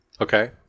Okay